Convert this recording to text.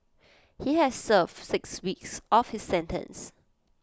he has served six weeks of his sentence